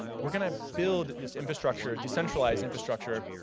we're gonna build this infrastructure, decentralized infrastructure,